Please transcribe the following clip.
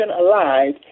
alive